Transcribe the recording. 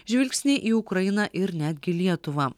žvilgsniai į ukrainą ir netgi lietuvą